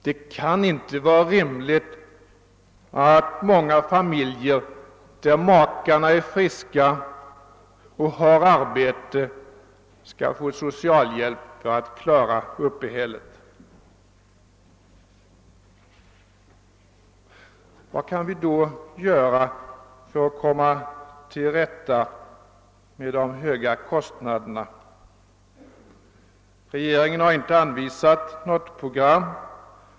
Det kan inte vara riktigt att många familjer där makarna är friska och har arbete skall vara tvungna att uppbära socialhjälp för att klara uppehället. Vad kan vi då göra för att komma till rätta med de höga kostnaderna? Regeringen har inte redovisat något program.